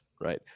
right